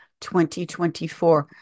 2024